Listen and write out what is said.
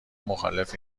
مخالف